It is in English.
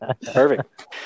perfect